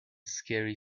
scary